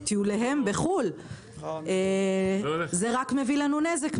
בטיוליהם בחוץ לארץ, זה רק מביא לנו נזק.